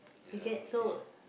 you get so